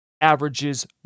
averages